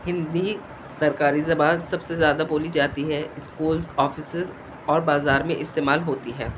ہندی سرکاری زبان سب سے زیادہ بولی جاتی ہے اسکولس آفسز اور بازار میں استعمال ہوتی ہے